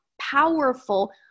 powerful